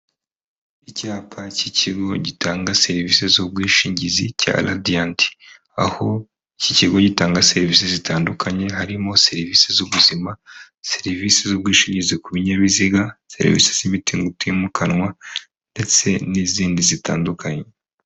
Icyapa cy'ikigo gitanga serivisi z'ubwishingizi cya Radiant, aho iki kigo gitanga serivisi zitandukanye, harimo serivisi z'ubuzima, serivisi z'ubwishingizi ku binyabiziga, serivisi z'imitungo utimukanwa ndetse n'izindi zitandukanye.